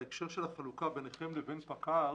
בהקשר של החלוקה ביניכם לבין פקע"ר,